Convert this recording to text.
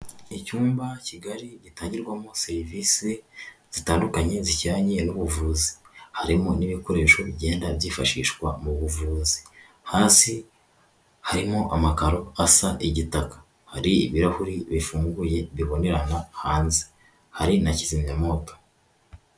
Icyumba kigari gitangirwamo serivisi zitandukanye zijyanye n'ubuvuzi harimo n'ibikoresho bigenda byifashishwa mu buvuzi hasi harimo amakaro asa igitaka hari ibirahuri bifunguye bibonerana hanze hari na kimyamya moto.